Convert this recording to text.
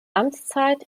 amtszeit